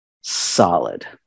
solid